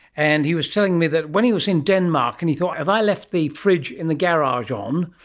and he was telling me that when he was in denmark and he thought have i left the fridge in the garage on?